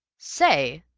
say?